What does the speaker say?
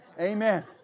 Amen